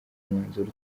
mwanzuro